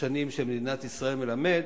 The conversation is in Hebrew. השנים של מדינת ישראל מלמד